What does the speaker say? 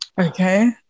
Okay